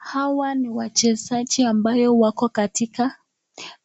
Hawa ni wachezaji ambayo wako